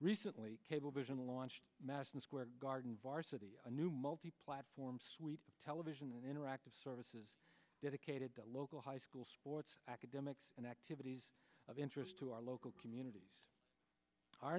recently cablevision launched madison square garden varsity a new multi platform sweet television interactive services dedicated to local high school sports academics and activities of interest to our local communities